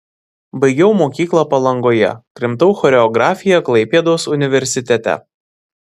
baigiau mokyklą palangoje krimtau choreografiją klaipėdos universitete